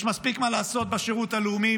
יש מספיק מה לעשות בשירות הלאומי,